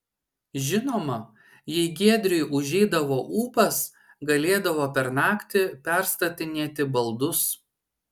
žinoma jei giedriui užeidavo ūpas galėdavo per naktį perstatinėti baldus